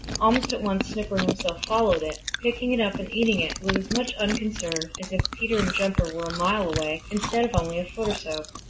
almost at once snipper himself followed it, picking it up and eating it with as much unconcern as if peter and jumper were a mile away instead of only a foot or so.